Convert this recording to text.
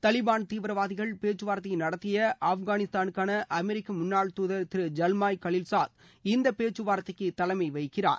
தாலிபான் தீவிரவாதிகள் பேச்சுவார்த்தை நடத்திய ஆப்கானிஸ்தானுக்கான அமெரிக்க முன்னாள் தூதர் திரு ஜல்மாய் கலில்சாத் இந்த பேச்சுவார்த்தைக்கு தலைமை வைக்கிறார்